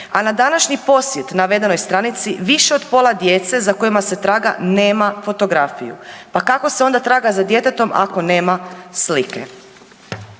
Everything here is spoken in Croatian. A na današnji posjet navedenoj stranici više od pola djece za kojima se traga nema fotografiju. Pa kako se onda traga za djetetom ako nema slike?